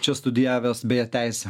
čia studijavęs beje teisę